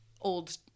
Old